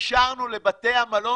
אנחנו אישרנו לבתי המלון